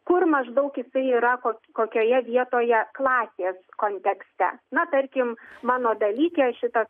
kur maždaug jisai yra kokioje vietoje klasės kontekste na tarkim mano dalyke šitas